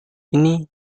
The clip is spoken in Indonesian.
ini